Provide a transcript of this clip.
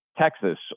Texas